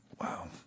Wow